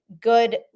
good